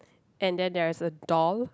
and then there is a doll